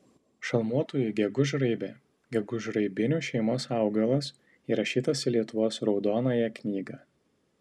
šalmuotoji gegužraibė gegužraibinių šeimos augalas įrašytas į lietuvos raudonąją knygą